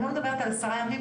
אני לא מדברת על שר הפנים,